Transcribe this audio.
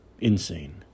Insane